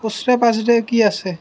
ওচৰে পাঁজৰে কি আছে